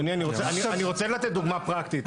אדוני, אני רוצה לתת דוגמה פרקטית.